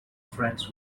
friends